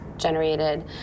generated